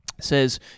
says